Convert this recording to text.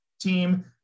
team